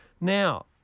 now